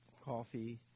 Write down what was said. coffee